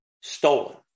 stolen